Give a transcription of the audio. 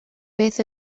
beth